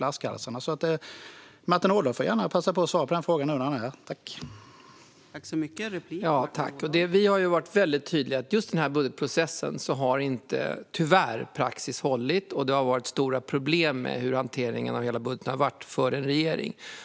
Martin Ådahl får gärna passa på att svara på den frågan nu när han står här i talarstolen.